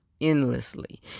endlessly